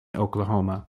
oklahoma